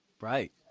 Right